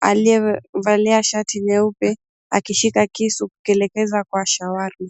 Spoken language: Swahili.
aliyevalia shati nyeupe akishika kisu kukielekeza kwa shawarma.